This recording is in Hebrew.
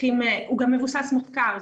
מבוסס מחקר,